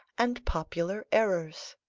and popular errors